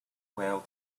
whale